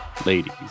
Ladies